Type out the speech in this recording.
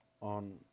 on